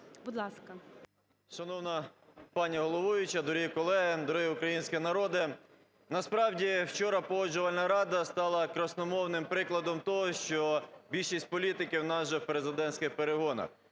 Шановна пані головуюча, дорогі колеги, дорогий український народе! Насправді вчора Погоджувальна рада стала красномовним прикладом того, що більшість політиків в нас вже в президентських перегонах.